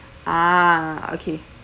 ah okay